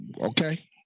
Okay